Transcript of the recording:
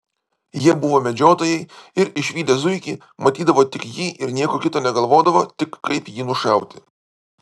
jie buvo medžiotojai ir išvydę zuikį matydavo tik jį ir nieko kito negalvodavo tik kaip jį nušauti